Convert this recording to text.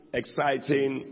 exciting